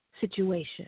situation